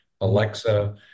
Alexa